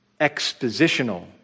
expositional